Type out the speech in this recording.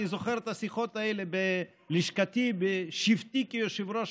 אני זוכר את השיחות האלה בלשכתי בשבתי כיושב-ראש